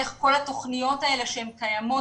איך כל התוכניות האלה שקיימות,